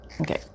okay